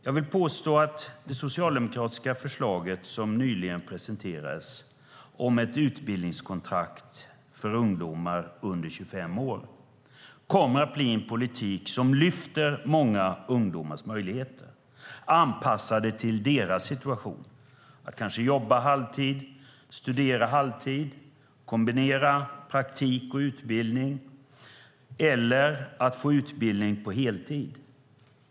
Jag vill påstå att det socialdemokratiska förslag som nyligen presenterades om ett utbildningskontrakt för ungdomar under 25 år kommer att bli en politik som lyfter många ungdomars möjligheter anpassat till deras situation. De vill kanske jobba halvtid och studera halvtid, kombinera praktik och utbildning eller få utbildning på heltid.